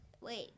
Wait